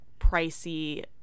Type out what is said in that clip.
pricey